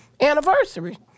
anniversary